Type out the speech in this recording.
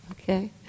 okay